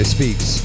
Speaks